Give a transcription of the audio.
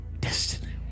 destiny